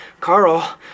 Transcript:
Carl